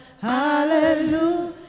hallelujah